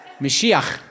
Mashiach